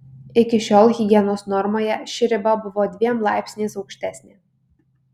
iki šiol higienos normoje ši riba buvo dviem laipsniais aukštesnė